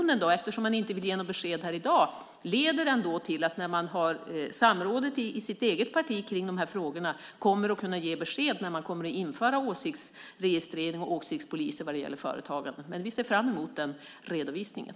Eftersom man inte vill ge några besked i dag leder den här diskussion möjligen till att man i samband med samrådet om dessa frågor i sitt eget parti kommer att kunna ge besked när man ska införa åsiktsregistrering och åsiktspoliser vad gäller företagandet. Vi ser fram emot den redovisningen.